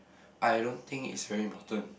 I don't think it's very important